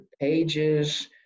pages